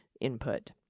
input